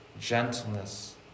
gentleness